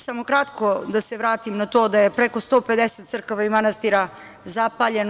Samo kratko da se vratim na to da je preko 150 crkava i manastira zapaljeno.